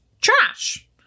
trash